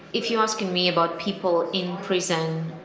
if you're asking me about people in prison,